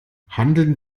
handeln